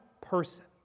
person